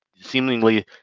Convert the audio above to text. Seemingly